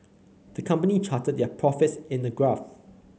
the company charted their profits in a graph